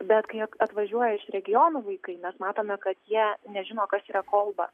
bet kiek atvažiuoja iš regionų vaikai mes matome kad jie nežino kas yra kolba